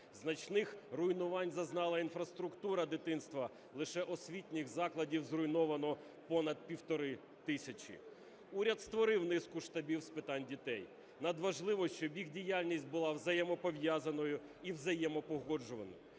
Значних руйнувань зазнала інфраструктура дитинства, лише освітніх закладів зруйновано понад півтори тисячі. Уряд створив низку штабів з питань дітей, надважливо щоб їх діяльність була взаємопов'язаною і взаємопогоджуваною.